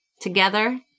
together